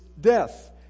death